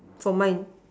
for mine